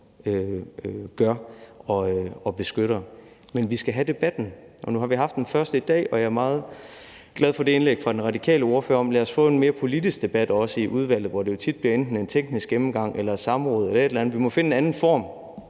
gør og beskytter. Men vi skal have debatten. Nu har vi haft den første i dag, og jeg er meget glad for det indlæg fra den radikale ordfører om, at vi skal have en mere politisk debat, også i udvalget, hvor det jo tit bliver enten en teknisk gennemgang eller et samråd eller et eller andet.